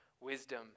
wisdom